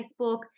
Facebook